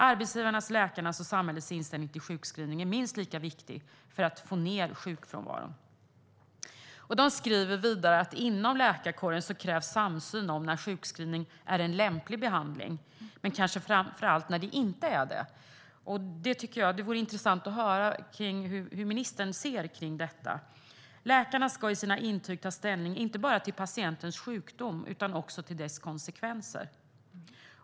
Arbetsgivarnas, läkarnas och samhällets inställning till sjukskrivning är minst lika viktig för att få ner sjukfrånvaron." Man skriver vidare att det inom läkarkåren krävs samsyn om när sjukskrivning är en lämplig behandling - men kanske framför allt om när det inte är det. Det vore intressant att höra hur ministern ser på detta. Det står i artikeln: "Läkarna ska i sina intyg ta ställning inte bara till patientens sjukdom utan också till dess konsekvenser.